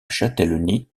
châtellenie